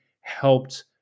helped